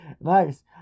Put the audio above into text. Nice